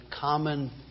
common